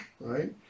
right